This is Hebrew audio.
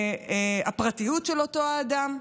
הפרטיות של אותו האדם,